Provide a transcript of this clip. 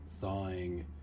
thawing